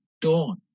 dawn